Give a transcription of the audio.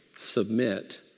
Submit